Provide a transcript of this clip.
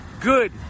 good